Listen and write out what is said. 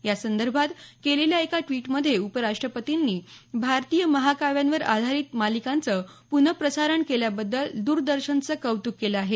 यासंदर्भात केलेल्या एका ड्वीटमध्ये उपराष्ट्रपतींनी भारतीय महाकाव्यांवर आधारित मालिकांचं प्नप्रसारण केल्याबद्दल द्रदर्शनचं कौतुक केलं आहे